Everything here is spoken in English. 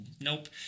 nope